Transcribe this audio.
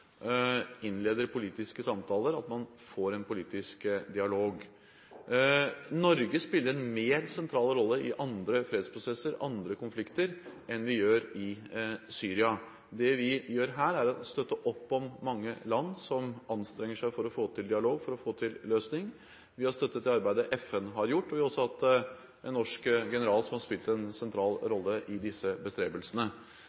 innleder politiske samtaler og at man får en politisk dialog. Norge spiller en mer sentral rolle i andre fredsprosesser og konflikter enn vi gjør i Syria. Det vi gjør her, er å støtte opp om mange land som anstrenger seg for å få til dialog og løsning. Vi har støttet arbeidet FN har gjort, og vi har også hatt en norsk general som har spilt en sentral